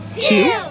two